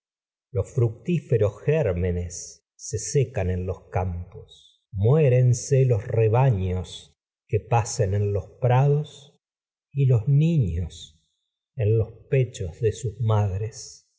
los fructíferos gérmenes que los campos y muérense en los rebaños pacen en los prados los niños los que pechos de la sus madres